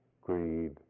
greed